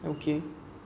okay